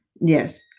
Yes